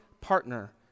partner